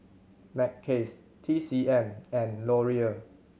Mackays T C M and Laurier